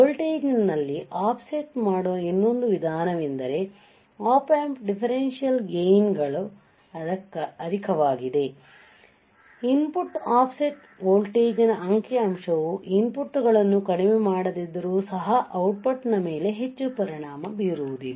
ವೋಲ್ಟೇಜ್ನಲ್ಲಿ ಆಫ್ಸೆಟ್ ಮಾಡುವ ಇನ್ನೊಂದು ವಿಧಾನವೆಂದರೆ Op Amp ಡಿಫರೆನ್ಷಿಯಲ್ ಗೇನ್ಗಳು ಅಧಿಕವಾಗಿದ್ದ ಇನ್ಪುಟ್ ಆಫ್ಸೆಟ್ ವೋಲ್ಟೇಜ್ನ ಅಂಕಿ ಅಂಶವು ಇನ್ಪುಟ್ಗಳನ್ನು ಕಡಿಮೆ ಮಾಡಿದ್ದರೂ ಸಹ ಔಟ್ಪುಟ್ನ ಮೇಲೆ ಹೆಚ್ಚು ಪರಿಣಾಮ ಬೀರುವುದಿಲ್ಲ